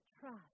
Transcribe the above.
Trust